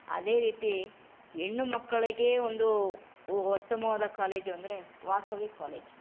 ಅದೇ ರೀತಿ ಹೆಣ್ಣು ಮಕ್ಕಳಿಗೆ ಒಂದು ಉತ್ತಮವಾದ ಕಾಲೇಜು ಅಂದರೆ ವಾಸವಿ ಕಾಲೇಜ್